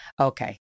Okay